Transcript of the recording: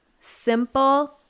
Simple